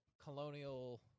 colonial